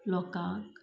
लोकाक